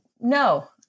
No